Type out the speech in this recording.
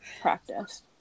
Practice